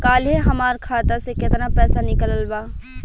काल्हे हमार खाता से केतना पैसा निकलल बा?